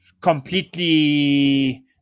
completely